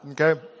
okay